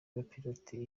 abapilote